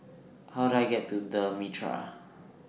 How Do I get to The Mitraa